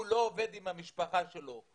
הוא לא עובד עם המשפחה שלו,